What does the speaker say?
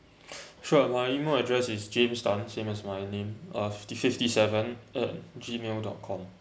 sure my email address is james tan same as my name uh fifty seven at Gmail dot com